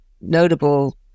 notable